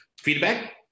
feedback